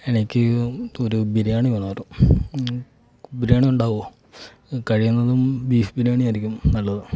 എനിക്ക് ഒരു ബിരിയാണി വേണമായിരുന്നു ബിരിയാണി ഉണ്ടാകുമോ കഴിയുന്നതും ബീഫ് ബിരിയാണിയായിരിക്കും നല്ലത്